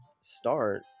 start